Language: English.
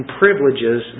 privileges